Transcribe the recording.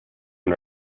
and